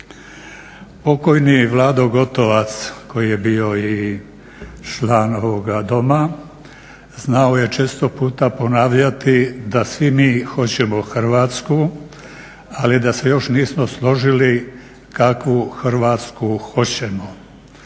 Pokojni Vlado Gotovac koji je bio i član ovoga Doma znao je često puta ponavljati da svi mi hoćemo Hrvatsku, ali da se još nismo složili kakvu Hrvatsku hoćemo.